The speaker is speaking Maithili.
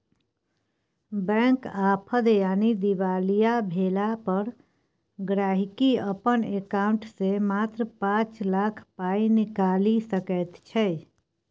बैंक आफद यानी दिवालिया भेला पर गांहिकी अपन एकांउंट सँ मात्र पाँच लाख पाइ निकालि सकैत छै